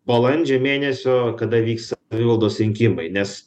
balandžio mėnesio kada vyks savivaldos rinkimai nes